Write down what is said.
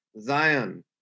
Zion